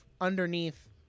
underneath